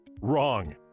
Wrong